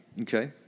Okay